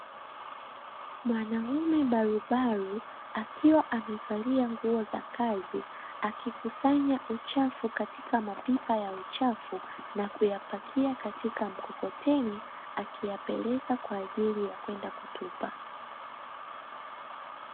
Mwanaume barubaru akiwa amevalia nguo za kazi, akikusanya uchafu katika mapipa ya uchafu na kuyapakia katika mkokoteni akiyapeleka kwajili ya kwenda kutupa.